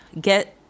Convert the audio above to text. get